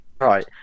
right